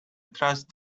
trust